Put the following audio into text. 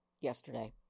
yesterday